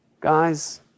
guys